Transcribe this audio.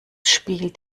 spiel